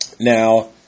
Now